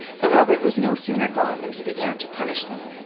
but robert was no sooner gone than he began to punish them.